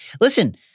Listen